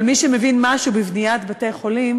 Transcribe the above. אבל מי שמבין משהו בבניית בתי-חולים